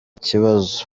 ikibazo